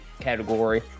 category